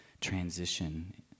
transition